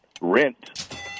Rent